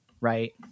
right